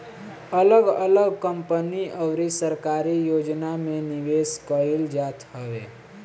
अगल अलग कंपनी अउरी सरकारी योजना में निवेश कईल जात हवे